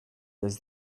does